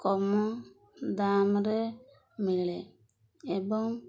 କମ ଦାମରେ ମିଳେ ଏବଂ